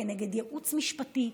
כנגד ייעוץ משפטי,